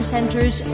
Centers